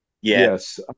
Yes